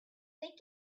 they